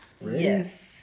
yes